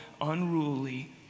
unruly